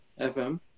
FM